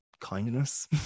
kindness